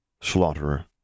slaughterer